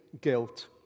guilt